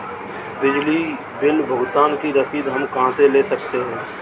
बिजली बिल भुगतान की रसीद हम कहां से ले सकते हैं?